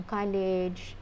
College